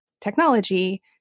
technology